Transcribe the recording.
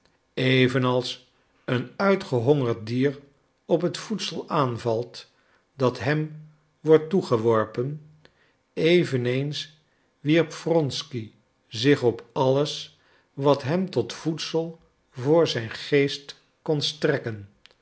evenals een uitgehongerd dier op het voedsel aanvalt dat hem wordt toegeworpen eveneens wierp wronsky zich op alles wat hem tot voedsel voor zijn geest